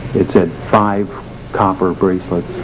it said five copper bracelets.